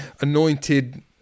anointed